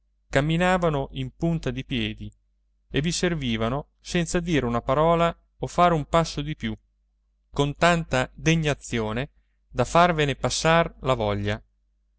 camminavano in punta di piedi e vi servivano senza dire una parola o fare un passo di più con tanta degnazione da farvene passar la voglia